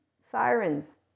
sirens